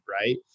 Right